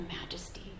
majesty